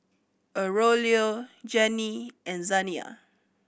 Aurelio Jennie and Zaniyah